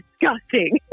disgusting